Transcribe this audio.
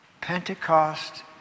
Pentecost